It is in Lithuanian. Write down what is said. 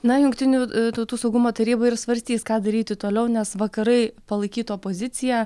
na jungtinių tautų saugumo taryba ir svarstys ką daryti toliau nes vakarai palaikytų opoziciją